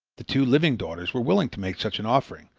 the two living daughters were willing to make such an offering,